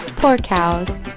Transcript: poor cows